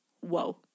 Whoa